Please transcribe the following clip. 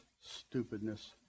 stupidness